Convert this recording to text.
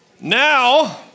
Now